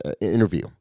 interview